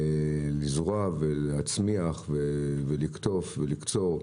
לזרוע ולהצמיח, לקטוף ולקצור.